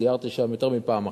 סיירתי שם יותר מפעם אחת,